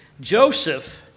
joseph